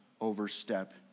overstep